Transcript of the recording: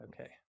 Okay